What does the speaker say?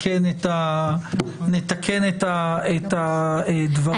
נתקן את הדברים.